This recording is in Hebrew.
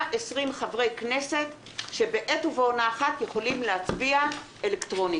חברי כנסת שבעת ובעונה אחת יכולים להצביע אלקטרונית.